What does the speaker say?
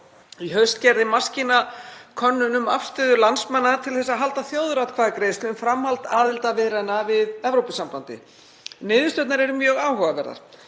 Í haust gerði Maskína könnun um afstöðu landsmanna til að halda þjóðaratkvæðagreiðslu um framhald aðildarviðræðna við Evrópusambandið. Niðurstöðurnar eru mjög áhugaverðar.